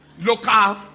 Local